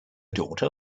daughter